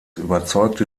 überzeugte